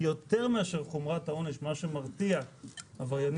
יותר מאשר חומרת העונש מה שמרתיע עבריינים